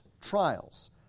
trials